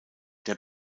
der